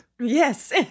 yes